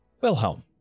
Wilhelm